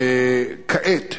כעת,